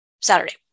Saturday